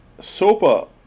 SOPA